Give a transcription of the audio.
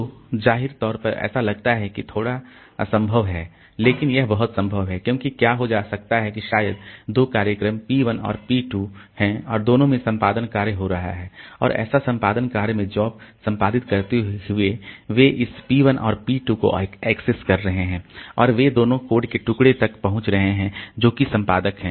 तो जाहिरा तौर पर ऐसा लगता है कि यह थोड़ा असंभव है लेकिन यह बहुत संभव है क्योंकि क्या हो सकता है कि शायद दो कार्यक्रम P 1 और P 2 हैं और दोनों में संपादन कार्य हो रहे हैं और ऐसा संपादन कार्य में जॉब संपादित करते हुए वे इस P 1 और P 2 को एक्सेस कर रहे हैं और वे दोनों कोड के टुकड़े तक पहुंच रहे हैं जो कि संपादक है